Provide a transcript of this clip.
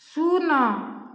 ଶୂନ